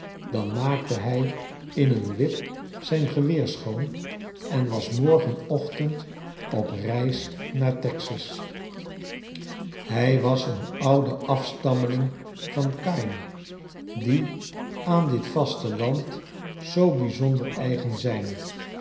dan maakte hij in een wip zijn geweer schoon en was morgenochtend op reis naar t ex as hij was een van de oude afstammelingen van kain die aan dit vasteland zoo bijzonder eigenzijn